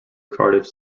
cardiff